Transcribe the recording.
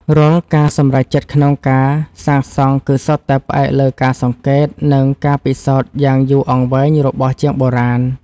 រាល់ការសម្រេចចិត្តក្នុងការសាងសង់គឺសុទ្ធតែផ្អែកលើការសង្កេត និង ការពិសោធន៍យ៉ាងយូរអង្វែងរបស់ជាងបុរាណ។